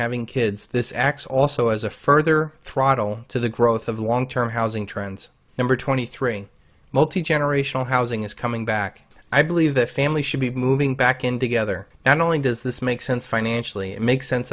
having kids this acts also as a further throttle to the growth of long term housing trends number twenty three multi generational housing is coming back i believe the family should be moving back in together not only does this make sense financially it makes sense